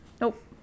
Nope